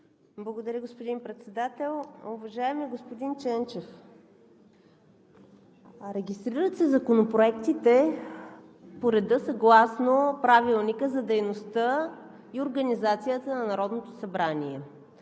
Благодаря, господин Председател. Уважаеми господин Ченчев, регистрират се законопроектите по реда съгласно Правилника за организацията и дейността на Народното събрание.